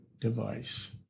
device